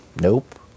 Nope